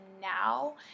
now